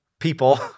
people